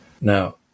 Now